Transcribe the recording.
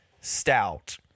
Stout